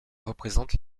représente